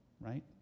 right